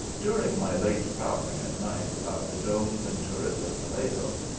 during my late prowling at night about the domes and turrets of toledo,